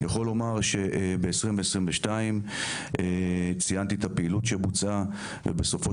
יכול לומר שב-2022 ציינתי את הפעילות שבוצעה ובסופו